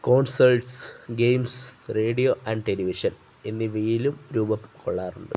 concerts games radio and television എന്നിവയിലും രൂപം കൊള്ളാറുണ്ട്